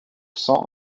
san